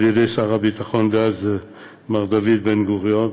על ידי שר הביטחון דאז מר דוד בן-גוריון,